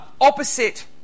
opposite